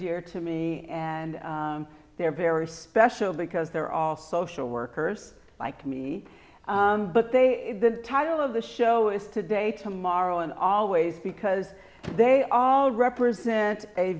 dear to me and they're very special because they're all social workers like me but they the title of the show is today tomorrow and always because they all represent a